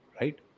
right